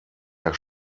der